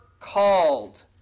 called